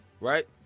right